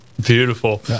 Beautiful